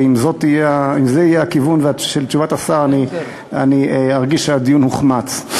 ואם זה יהיה הכיוון של תשובת השר אני ארגיש שהדיון הוחמץ.